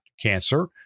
cancer